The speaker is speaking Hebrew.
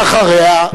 ואחריה,